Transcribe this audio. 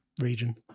region